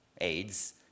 aids